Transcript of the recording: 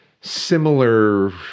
similar